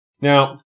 Now